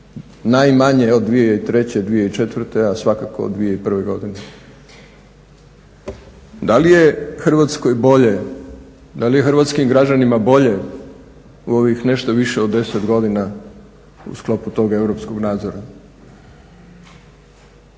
najmanje od 2003., 2004. a svakako od 2001. godine. Da li je Hrvatskoj bolje, da li je hrvatskim građanima bolje u ovih nešto više od 10 godina u sklopu tog europskog nadzora?